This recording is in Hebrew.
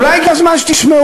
אולי הגיע הזמן שתשמעו?